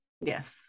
yes